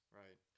right